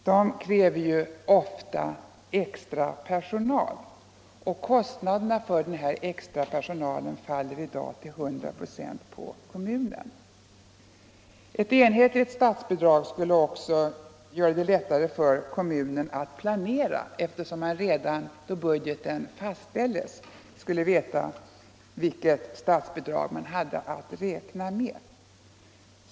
De kräver ju ofta extra personal, och kostnaden för denna faller i dag till 100 96 på kommunen. Ett procentuellt statsbidrag skulle också göra det lättare för en kommun att planera, eftersom man redan då budgeten fastställs skulle veta vilket statsbidrag man har att räkna med.